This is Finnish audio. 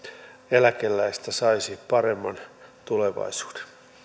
eläkeläistä saisi paremman tulevaisuuden